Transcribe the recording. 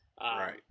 right